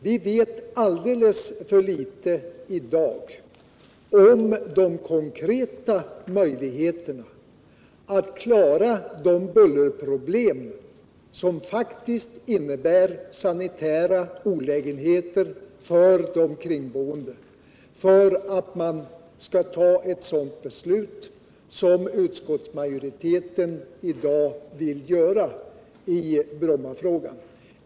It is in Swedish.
Vi vet i dag alldeles för litet om de konkreta möjligheterna att lösa de bullerproblem som faktiskt innebär sanitära olägenheter för de kringboende, för att man skall kunna fatta ett sådant beslut i Brommafrågan som utskottsmajoriteten i dag vill göra.